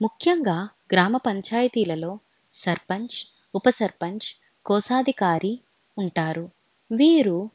ముఖ్యంగా గ్రామ పంచాయతీలలో సర్పంచ్ ఉపసర్పంచ్ కోశాధికారి ఉంటారు వీరు